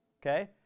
Okay